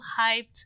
hyped